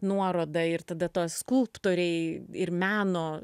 nuoroda ir tada tą skulptoriai ir meno